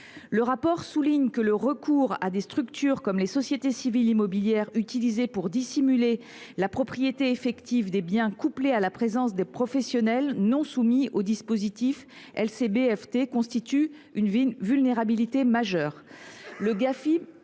Ce rapport souligne en effet que le recours à des structures comme les sociétés civiles immobilières (SCI) pour dissimuler la propriété effective des biens, couplé à la présence de professionnels non soumis au dispositif LCB FT, constitue une vulnérabilité majeure. Le Gafi